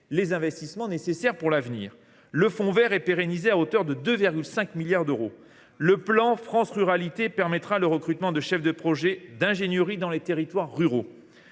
les investissements nécessaires pour l’avenir. Ainsi, le fonds vert est pérennisé à hauteur de 2,5 milliards d’euros. Et le plan France Ruralités prévoit le recrutement de chefs de projets ingénierie dans les territoires ruraux.